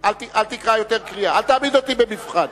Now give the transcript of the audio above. אל תקרא עוד קריאה, אל תעמיד אותי במבחן.